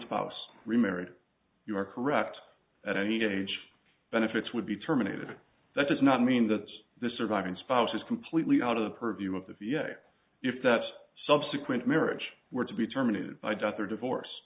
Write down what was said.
spouse remarried you are correct that any gauge benefits would be terminated that does not mean that the surviving spouse is completely out of the purview of the v a if that subsequent marriage were to be terminated by death or divorce